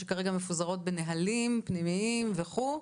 שכרגע מפוזרות בנהלים פנימיים וכולי,